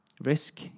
risk